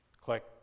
Click